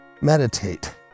meditate